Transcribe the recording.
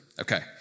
Okay